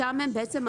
שם הם אמרו,